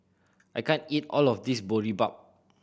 I can't eat all of this Boribap